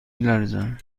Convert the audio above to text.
لرزم